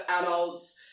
adults